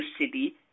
city